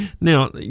Now